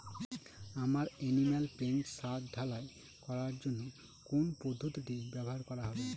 আমার animal pen ছাদ ঢালাই করার জন্য কোন পদ্ধতিটি ব্যবহার করা হবে?